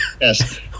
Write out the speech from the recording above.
Yes